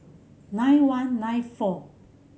nine one nine four